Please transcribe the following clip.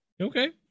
Okay